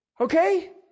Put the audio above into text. okay